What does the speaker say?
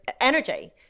energy